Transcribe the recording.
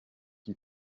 qui